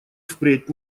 впредь